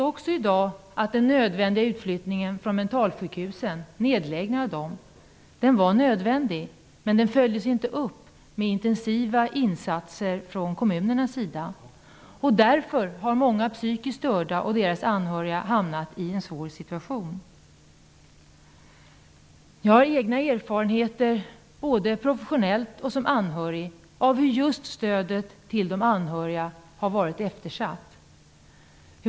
Nedläggningen av mentalsjukhusen var nödvändig, men den följdes inte upp med intensiva insatser från kommunernas sida. Därför har många psykiskt störda och deras anhöriga hamnat i en svår situation. Jag har egna erfarenheter, både professionellt och som anhörig, av hur just stödet till de anhöriga har varit eftersatt.